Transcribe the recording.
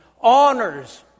Honors